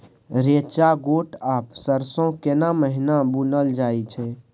रेचा, गोट आ सरसो केना महिना बुनल जाय छै?